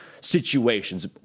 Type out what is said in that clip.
situations